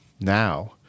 now